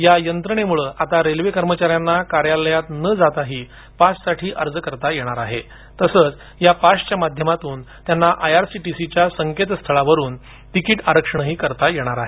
या यंत्रणेमुळे आता रेल्वे कर्मचाऱ्यांना कार्यालयात न जाताही पाससाठी अर्ज करता येणार आहे तसंच या पासच्या माध्यमातून त्यांना I R C T C च्या संकेतस्थळावरून तिकीट आरक्षणही करता येईल